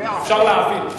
אפשר להבין.